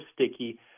sticky